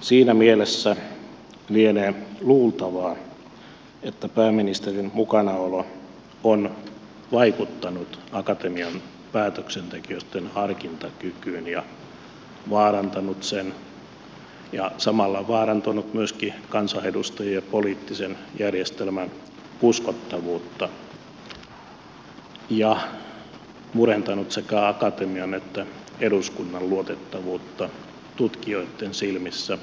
siinä mielessä lienee luultavaa että pääministerin mukanaolo on vaikuttanut akatemian päätöksentekijöitten harkintakykyyn ja vaarantanut sen ja samalla vaarantanut myöskin kansanedustajien poliittisen järjestelmän uskottavuutta ja murentanut sekä akatemian että eduskunnan luotettavuutta tutkijoitten silmissä